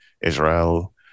Israel